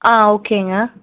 ஆ ஓகேங்க